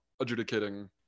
adjudicating